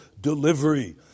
delivery